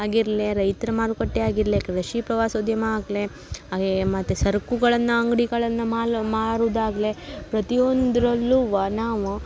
ಆಗಿರಲಿ ರೈತರ ಮಾರುಕಟ್ಟೆ ಆಗಿರಲಿ ಕೃಷಿ ಪ್ರವಾಸೋದ್ಯಮ ಆಗಲಿ ಹಾಗೇ ಮತ್ತು ಸರಕುಗಳನ್ನು ಅಂಗ್ಡಿಗಳನ್ನು ಮಾರುದಾಗ್ಲಿ ಪ್ರತಿಯೊಂದ್ರಲ್ಲೂ ನಾವು